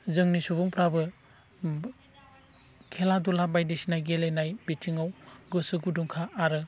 जोंनि सुबुंफोराबो खेला धुला बायदिसिना गेलेनाय बिथिङाव गोसो गुदुंखा आरो